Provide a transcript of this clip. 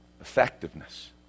effectiveness